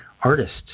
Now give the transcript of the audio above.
artists